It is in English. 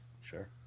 sure